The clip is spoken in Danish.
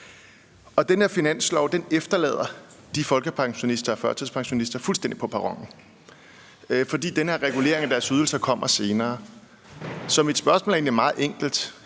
den her finanslov efterlader de folkepensionister og førtidspensionister fuldstændig på perronen, fordi den her regulering af deres ydelser kommer senere. Så mit spørgsmål er egentlig meget enkelt.